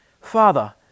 Father